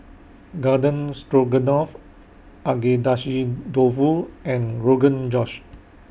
Garden Stroganoff Agedashi Dofu and Rogan Josh